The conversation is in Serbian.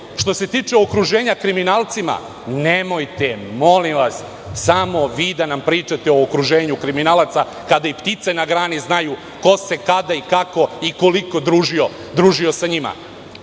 se tiče okruženja kriminalcima, nemojte, molim vas, samo vi da nam pričate o okruženju kriminalaca, kada i ptice na grani znaju ko se, kada i kako i koliko družio sa njima. Ono